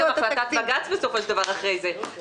--- בג"ץ בסופו של דבר אחרי זה.